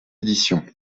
éditions